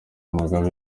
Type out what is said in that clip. mugabe